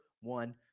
one